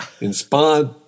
inspired